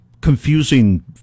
confusing